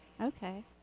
Okay